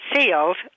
sealed